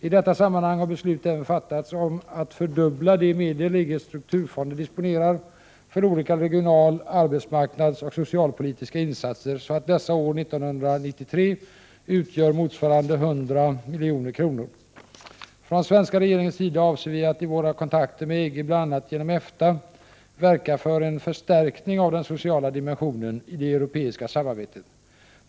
I detta sammanhang har beslut även fattats att fördubbla de medel EG:s strukturfonder disponerar för olika regional-, arbetsmarknadsoch socialpolitiska insatser, så att dessa år 1993 utgör motsvarande 100 milj.kr. Från svenska regeringens sida avser vi att i våra kontakter med EG, bl.a. genom EFTA, verka för en förstärkning av den sociala dimensionen i det europeiska samarbetet.